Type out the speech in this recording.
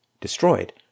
destroyed